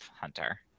Hunter